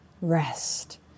rest